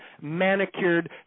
manicured